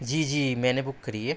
جی جی میں نے بک کری ہے